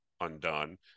undone